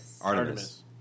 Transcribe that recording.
Artemis